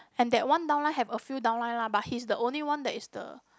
and that one down line have a few down line lah but he's the only one that is the